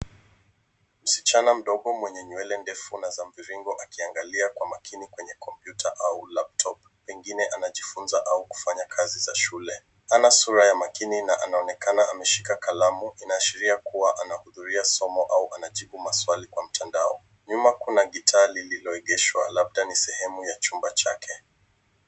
Msichana mdogo mwenye nywele ndefu na za mviringo akiangalia kwa makini kwenye kompyuta au laptop pengine anajifunza au kufanya kazi za shule. Ana sura ya makini na anaonekana ameshika kalamu, inaashiria kuwa anahudhuria somo au anajibu maswali kwa mtandao. Nyuma , kuna gitaa lililoegeshwa labda ni sehemu ya chumba chake.